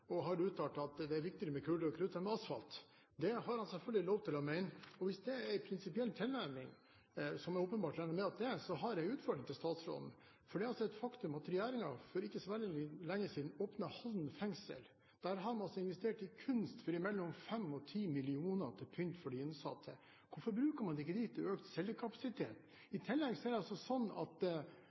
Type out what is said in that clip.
han har uttalt at det er viktigere med kuler og krutt enn med asfalt. Det har han selvfølgelig lov til å mene, men hvis dette er en prinsipiell tilnærming, som jeg regner med at det er, har jeg en utfordring til statsråden. Det er et faktum at regjeringen for ikke så veldig lenge siden åpnet Halden fengsel. Der har man altså investert i kunst på mellom 5 og 10 mill. kr til pynt for de innsatte. Hvorfor bruker man ikke disse midlene til økt cellekapasitet? I tillegg er det slik at